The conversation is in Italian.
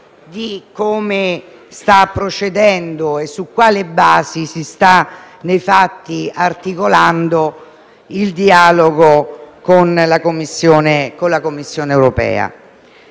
di come sta procedendo e su quali basi si sta nei fatti articolando il dialogo con la Commissione europea.